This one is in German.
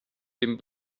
den